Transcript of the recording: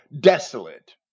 desolate